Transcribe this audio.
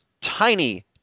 tiny